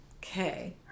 Okay